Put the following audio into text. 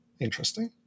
interesting